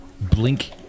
blink